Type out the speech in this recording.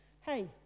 Hey